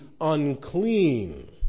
unclean